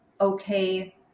okay